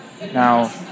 Now